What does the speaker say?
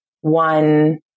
one